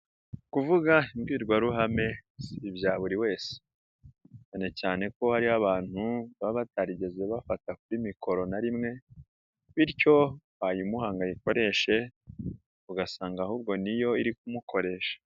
kKuvuga imbwirwaruhame si ibya buri wese. Cyane cyane ko hariho abantu baba batarigeze bafata kuri mikoro na rimwe, bityo wayimuhanga ayikoreshe, ugasanga ahubwo niyo iri kumukoresha.